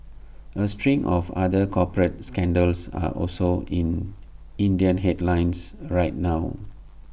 A string of other corporate scandals are also in Indian headlines right now